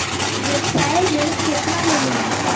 व्यवसाय ऋण केतना ले मिली?